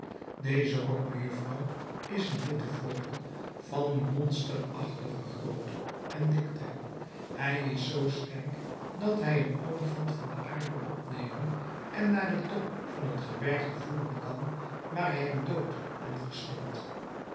deze rok mejufvrouw is een witte vogel van monsterachtige grootte en dikte hij is zoo sterk dat hij een olifant van de aarde opnemen en naar den top van het gebergte voeren kan waar hij hem doodt en